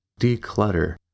declutter